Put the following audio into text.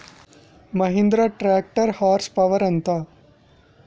Mahindra tractor horse power ఎంత?